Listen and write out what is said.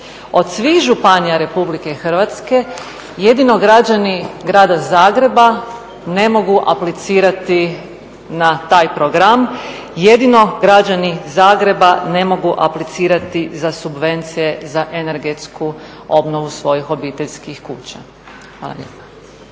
od svih županija RH jedino građani grada Zagreba ne mogu aplicirati na taj program, jedino građani Zagreba ne mogu aplicirati za subvencije za energetsku obnovu svojih obiteljskih kuća?